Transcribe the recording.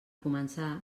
començar